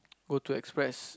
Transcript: go to express